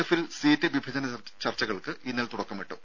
എഫിൽ സീറ്റ് വിഭജന ചർച്ചകൾക്ക് ഇന്നലെ തുടക്കമിട്ടു